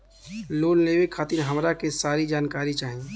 Loan लेवे खातीर हमरा के सारी जानकारी चाही?